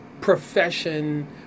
profession